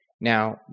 Now